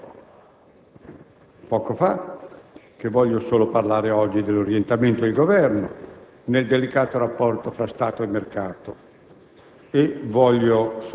Dicevo poco fa che oggi voglio solo parlare dell'orientamento del Governo nel delicato rapporto tra Stato e mercato